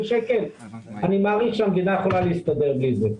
שקל אני מעריך שהמדינה היתה יכולה להסתדר בלי זה.